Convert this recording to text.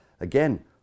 Again